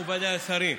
מכובדיי השרים,